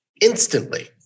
instantly